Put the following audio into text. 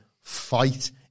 fight